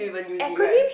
acronyms